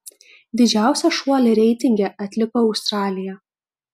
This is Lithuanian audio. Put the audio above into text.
didžiausią šuolį reitinge atliko australija